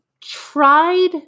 tried